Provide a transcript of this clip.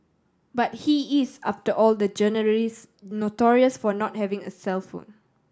but he is after all the journalist notorious for not having a cellphone